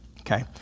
okay